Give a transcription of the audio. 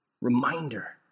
reminder